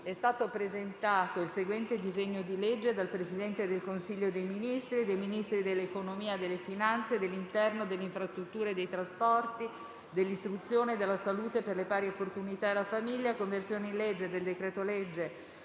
è stato presentato il seguente disegno di legge: *dal Presidente del Consiglio dei ministri e dai Ministri dell'economia e delle finanze; dell'interno; delle infrastrutture e dei trasporti; dell'istruzione; della salute; e per le pari opportunità e la famiglia* «Conversione in legge del decreto-legge